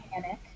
panic